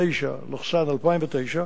EC/29/2009,